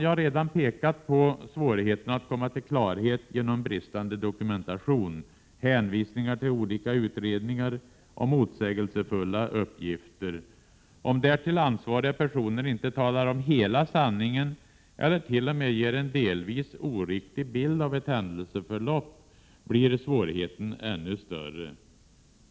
Jag har redan pekat på svårigheter att komma till klarhet genom bristande dokumentation, hänvisningar till olika utredningar och motsägelsefulla uppgifter. Om därtill ansvariga personer inte talar om hela sanningen eller t.o.m. ger en delvis oriktig bild av ett händelseförlopp, blir svårigheterna ännu större.